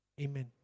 Amen